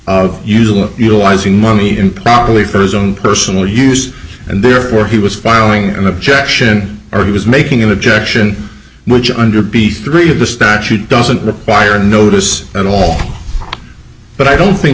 usually utilizing money improperly for is own personal use and therefore he was finding an objection or he was making an objection which under b three the statute doesn't require notice at all but i don't think